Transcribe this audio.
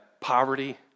poverty